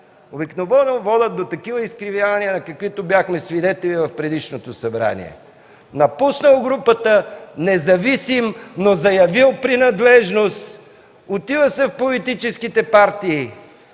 обикновено водят до такива изкривявания, на каквито бяхме свидетели в предишното Събрание – напуснал групата независим, но заявил принадлежност, отива се в политическите партии.